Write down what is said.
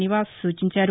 నివాస్ సూచించారు